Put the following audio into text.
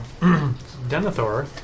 Denethor